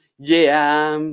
yeah, um